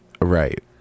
Right